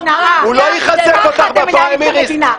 הוא לא יחזק אותך בפריימריז,